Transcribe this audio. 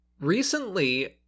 Recently